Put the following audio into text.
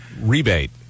rebate